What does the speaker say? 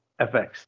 FX